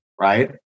right